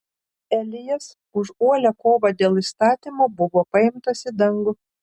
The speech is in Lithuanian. elijas už uolią kovą dėl įstatymo buvo paimtas į dangų